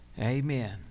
Amen